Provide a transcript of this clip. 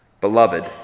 beloved